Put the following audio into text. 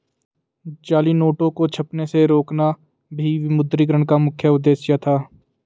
जाली नोटों को छपने से रोकना भी विमुद्रीकरण का मुख्य उद्देश्य था